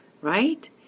Right